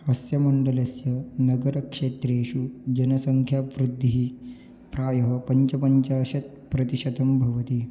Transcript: अस्यमण्डलस्य नगरक्षेत्रेषु जनसङ्ख्यायाः वृद्धिः प्रायः पञ्चपञ्चाशत् प्रतिशतं भवति